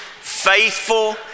faithful